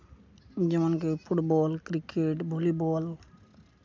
ᱡᱮᱢᱚᱱᱠᱤ football cricket volleyball